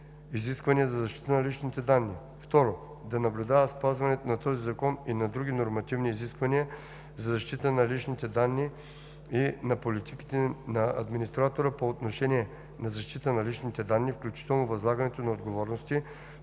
изисквания за защита на личните данни; 2. да наблюдава спазването на този закон и на други нормативни изисквания за защита на личните данни и на политиките на администратора по отношение на защитата на личните данни, включително възлагането на отговорности,